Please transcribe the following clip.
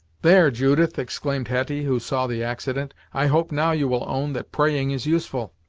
there, judith! exclaimed hetty, who saw the accident, i hope now you will own, that praying is useful!